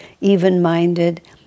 even-minded